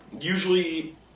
Usually